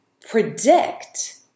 predict